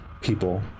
people